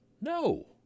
No